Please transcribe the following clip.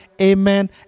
Amen